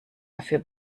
dafür